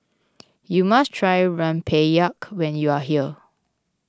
you must try Rempeyek when you are here